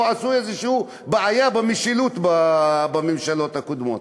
או עשו איזו בעיה במשילות בממשלות הקודמות?